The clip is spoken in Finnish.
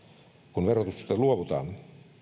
kun verotuksesta luovutaan